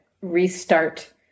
restart